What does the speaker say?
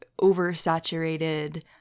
oversaturated